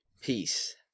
peace